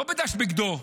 לא בדש בגדו,